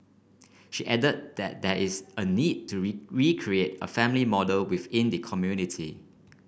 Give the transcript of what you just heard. she added that there is a need to recreate a family model within the community